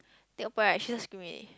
the operation screaming